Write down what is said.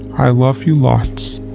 i love you lots.